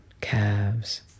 calves